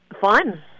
Fun